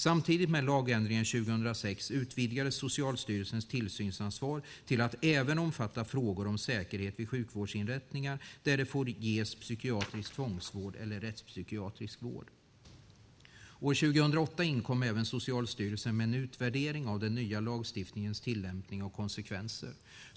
Samtidigt med lagändringen 2006 utvidgades Socialstyrelsens tillsynsansvar till att även omfatta frågor om säkerhet vid sjukvårdsinrättningar där det får ges psykiatrisk tvångsvård eller rättspsykiatrisk vård. År 2008 inkom Socialstyrelsen med en utvärdering av den nya lagstiftningens tillämpning och konsekvenser.